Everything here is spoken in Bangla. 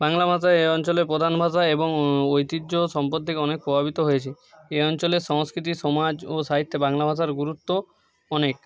বাংলা ভাষা এই অঞ্চলের প্রধান ভাষা এবং ঐতিহ্য ও সম্পদ থেকে অনেক প্রভাবিত হয়েছে এই অঞ্চলের সংস্কৃতি সমাজ ও সাহিত্যে বাংলা ভাষার গুরুত্ব অনেক